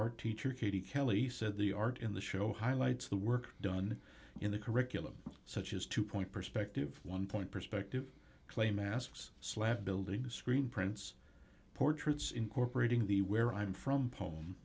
our teacher katie kelly said the art in the show highlights the work done in the curriculum such as two point perspective one point perspective clay masks slab buildings screen prints portraits incorporating the where i'm from po